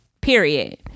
Period